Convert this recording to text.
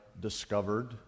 discovered